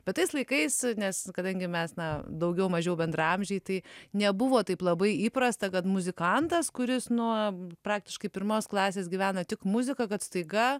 bet tais laikais nes kadangi mes na daugiau mažiau bendraamžiai tai nebuvo taip labai įprasta kad muzikantas kuris nuo praktiškai pirmos klasės gyvena tik muzika kad staiga